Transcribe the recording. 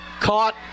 caught